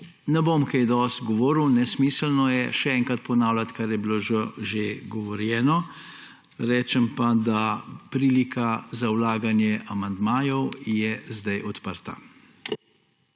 ne bom kaj dosti govoril, nesmiselno je še enkrat ponavljati, kar je bilo že povedano. Rečem pa, da prilika za vlaganje amandmajev je zdaj odprta.